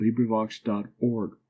librivox.org